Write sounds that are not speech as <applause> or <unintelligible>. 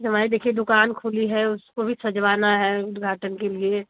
<unintelligible> देखिए दुक़ान खोली है उसको भी सजवाना है उद्घाटन के लिए